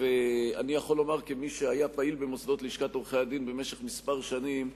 ואני יכול לומר כמי שהיה פעיל במוסדות לשכת עורכי-הדין במשך כמה שנים,